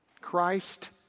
Christ